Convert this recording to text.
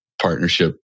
partnership